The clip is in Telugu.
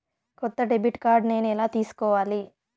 కొత్త డెబిట్ కార్డ్ నేను ఎలా తీసుకోవాలి?